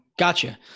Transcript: Gotcha